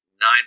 Nine